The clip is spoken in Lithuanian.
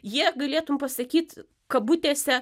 jie galėtum pasakyt kabutėse